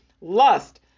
lust